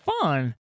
fun